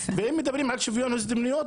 ואם מדברים על שוויון הזדמנויות,